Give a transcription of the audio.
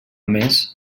més